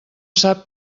sap